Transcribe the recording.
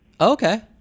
Okay